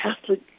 Catholic